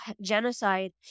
genocide